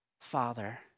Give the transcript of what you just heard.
father